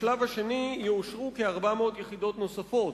בשלב השני יאושרו כ-400 יחידות נוספות.